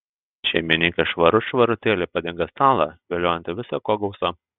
šeimininkė švarut švarutėliai padengė stalą viliojantį visa ko gausa